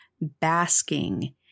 basking